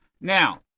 now